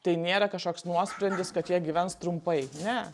tai nėra kažkoks nuosprendis kad jie gyvens trumpai ne